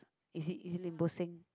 is he is he Lim-Bo-Seng